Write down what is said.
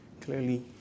clearly